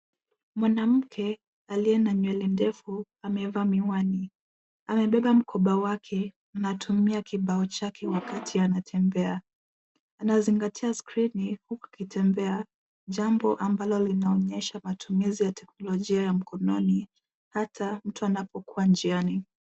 Mwanamke, aliye na nywele ndefu, amevaa miwani. Amebeba mkoba wake, anatumia kibao chake wakati anatembea. Anazingatia skrini, huku akitembea, jambo ambalo linaonyesha matumizi ya teknologia ya mkononi, hata mtu anapokuwa njiani.